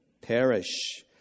perish